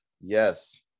Yes